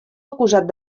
acusat